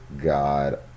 God